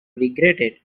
regretted